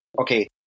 okay